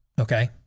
Okay